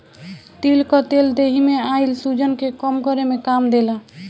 तिल कअ तेल देहि में आइल सुजन के कम करे में काम देला